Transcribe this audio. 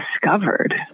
discovered